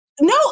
No